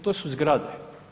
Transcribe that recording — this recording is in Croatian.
To su zgrade.